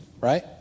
Right